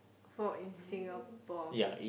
for in Singapore hmm